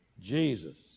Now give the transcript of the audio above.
Jesus